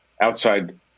outside